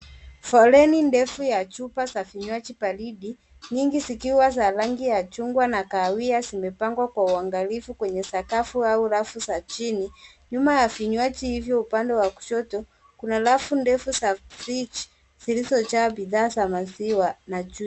Foleni ndefu ya chupa za vinywaji baridi, nyingi zikiwa za rangi ya chungwa na kahawia zimepangwa kwa uangalifu kwenye sakafu au rafu za chini. Nyuma ya vinywaji hivyo upande wa kushoto kuna rafu ndefu za fridge zilizojaa bidhaa za maziwa na juisi.